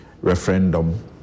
referendum